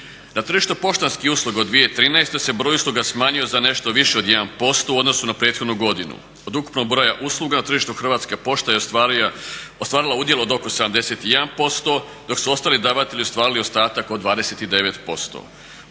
Na tržištu poštanskih usluga u 2013.se broj usluga smanjio za nešto više od 1% u odnosu na prethodnu godinu. Od ukupnog broja usluga na tržištu hrvatska pošta je ostvarila udjel od oko 71% dok su ostali davatelji ostvarili ostatak od 29%.